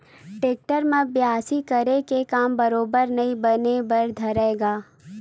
tractor म बियासी करे के काम बरोबर नइ बने बर धरय गा